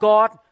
God